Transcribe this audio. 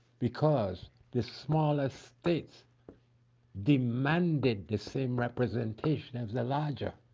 because the smallest states demanded the same representation as the larger.